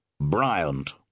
Bryant